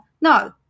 No